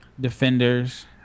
defenders